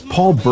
Paul